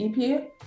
EP